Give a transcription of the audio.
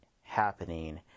Happening